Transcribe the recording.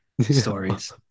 stories